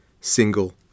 single